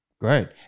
Great